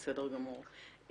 בסדר גמור.